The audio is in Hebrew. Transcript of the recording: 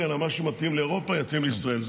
אלא מה שמתאים לאירופה יתאים לישראל.